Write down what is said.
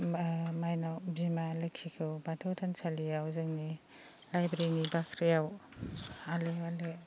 मायनाव बिमा लोखिखौ बाथौ थानसालियाव जोंनि लायब्रेनि बाख्रियाव हालो हालो